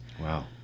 Wow